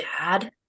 dad